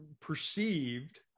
perceived